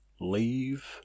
leave